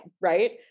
right